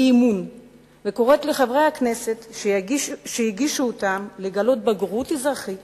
וקוראת לחברי הכנסת שהגישו אותן לגלות בגרות אזרחית